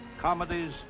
comedies